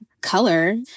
color